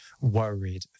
worried